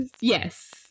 Yes